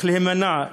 איך להימנע,